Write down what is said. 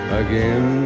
again